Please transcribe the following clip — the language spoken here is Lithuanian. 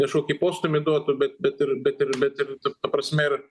kažkokį postūmį duotų bet bet ir bet ir bet ir tap ta prasme ir